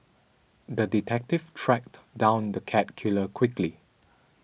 the detective tracked down the cat killer quickly